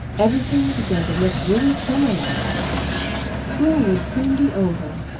everything began to look really summer-like school would soon be over,